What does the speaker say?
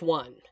one